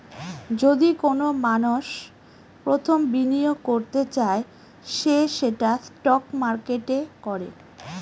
যদি কোনো মানষ প্রথম বিনিয়োগ করতে চায় সে সেটা স্টক মার্কেটে করে